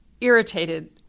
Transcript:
irritated